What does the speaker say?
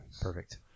Perfect